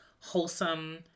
wholesome